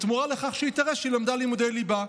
בתמורה לכך שהיא תראה שהיא למדה לימודי ליבה.